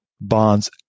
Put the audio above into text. bonds